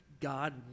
God